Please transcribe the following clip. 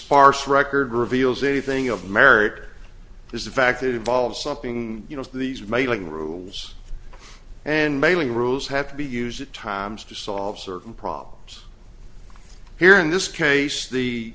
sparse record reveals a thing of marriage is the fact that it involves something you know these mailing rules and mailing rules have to be used at times to solve certain problems here in this case the